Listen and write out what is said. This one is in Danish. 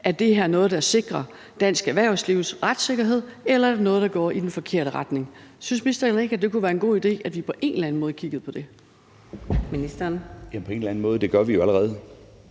Er det her noget, der sikrer dansk erhvervslivs retssikkerhed, eller er det noget, der går i den forkerte retning? Synes ministeren ikke, at det kunne være en god idé, at vi på en eller anden måde kiggede på det? Kl. 19:07 Fjerde næstformand (Karina Adsbøl): Ministeren.